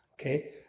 Okay